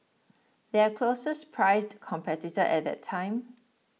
their closest priced competitor at that time